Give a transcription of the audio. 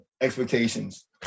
expectations